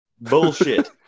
Bullshit